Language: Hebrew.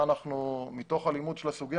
מתוך לימוד הסוגיה,